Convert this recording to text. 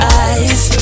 eyes